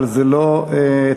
אבל זה לא תקדים,